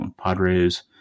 Padres